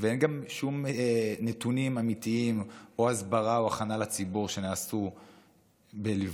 ואין גם שום נתונים אמיתיים או הסברה או הכנה לציבור שנעשו בליווי